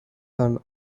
son